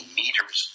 meters